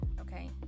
okay